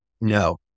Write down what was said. no